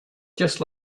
just